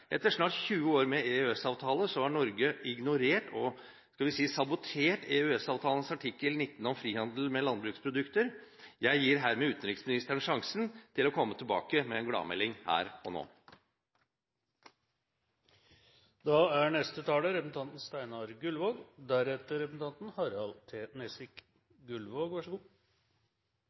Etter snart 20 år med EØS-avtale har Norge ignorert og – skal vi si – sabotert EØS-avtalens artikkel 19 om frihandel med landbruksprodukter. Jeg gir herved utenriksministeren sjansen til å komme tilbake med en gladmelding her og